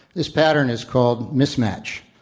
this pattern is called mismatch.